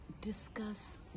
discuss